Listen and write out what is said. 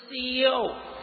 CEO